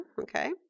Okay